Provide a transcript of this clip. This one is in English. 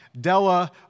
Della